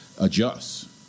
adjust